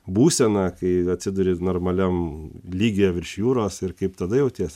būsena kai atsiduri normaliam lygyje virš jūros ir kaip tada jautiesi